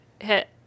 hit